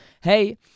hey